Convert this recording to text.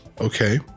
okay